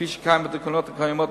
כפי שקיים בתקנות הקיימות,